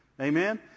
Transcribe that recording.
Amen